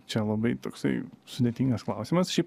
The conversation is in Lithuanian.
čia labai toksai sudėtingas klausimas šiaip